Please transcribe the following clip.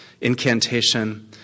incantation